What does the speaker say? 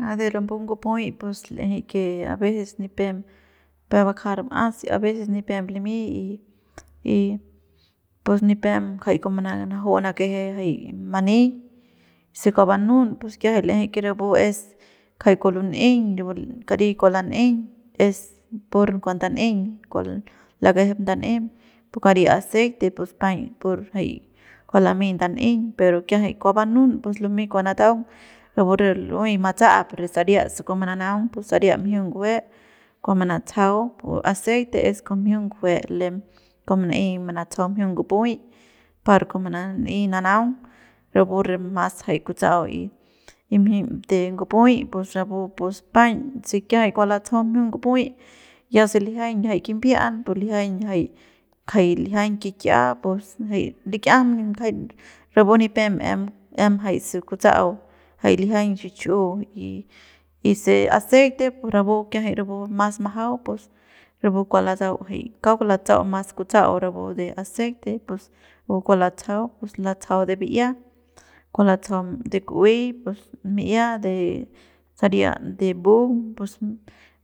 A de rapu ngupuy l'eje a veces nipem peuk bakja a si a veces nipem limy y y pus nipem kjai kua manaju nakeje y jay mani se kua banun pus kiajay l'eje que rapu es kjai kua lun'eiñ rapu kari ku lan'eiñ es pur kua ndan'eiñ kua lakejep ndan'em pu kari aceite pus paiñ pur jay kua lamey ndan'eiñ pero kiajay kua banun pus lumey kua nataung rapu re lu'uey matsa'ap re saria se kua mananaung pus saria mjiung ngujue kua manatsajau pu aceite es con mjiung ngujue lem kua mana'ey manatsajau mjiung ngupuy par kua mana'ey nanaung rapu re mas jay kutsa'au y de mji y de ngupuyi pus rapu pus paiñ se kiajay kua latsajau mjiung ngupuy ya se lijiañ jay kimbia'an pus lijiañ jay kjay lijiañ kik'ia pus jay lik'iajam jay rapu nipep em em jay se kutsa'au jay lijiañ xich'u y y se aceite pus rapu kiajay rapu mas majau rapu kua latsau jay kauk latsau mas kutsa'au rapu de aceite pus rapu kua latsajau pus latsajau de bi'ia kua latsajau de ku'uey pues mi'ia de saria de mbung pus